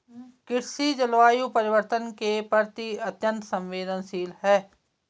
कृषि जलवायु परिवर्तन के प्रति अत्यंत संवेदनशील है